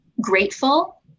grateful